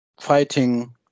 fighting